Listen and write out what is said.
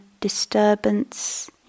disturbance